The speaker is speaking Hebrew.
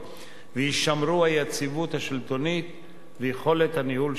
ויישמרו היציבות השלטונית ויכולת הניהול שלהם.